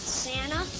santa